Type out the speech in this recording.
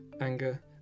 anger